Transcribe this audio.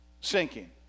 sinking